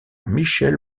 michel